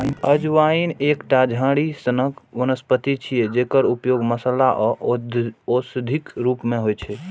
अजवाइन एकटा झाड़ी सनक वनस्पति छियै, जकर उपयोग मसाला आ औषधिक रूप मे होइ छै